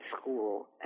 school